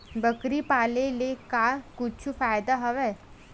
बकरी पाले ले का कुछु फ़ायदा हवय?